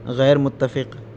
غیرمتفق